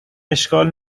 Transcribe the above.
اشکال